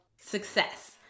success